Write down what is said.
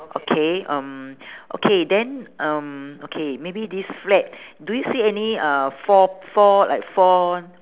okay um okay then um okay maybe this flag do you see any uh four four like four